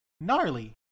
Gnarly